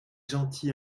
gentil